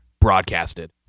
broadcasted